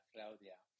Claudia